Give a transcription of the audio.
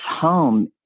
home